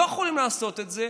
לא יכולים לעשות את זה,